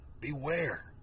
Beware